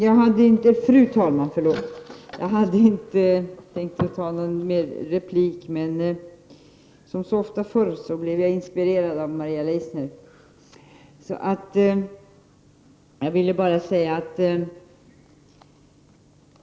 Fru talman! Jag hade inte tänkt ta någon mer replik, men som så ofta förr blev jag inspirerad av Maria Leissner.